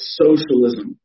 socialism